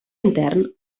intern